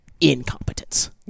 incompetence